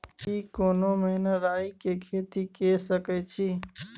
की कोनो महिना राई के खेती के सकैछी?